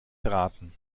raten